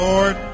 Lord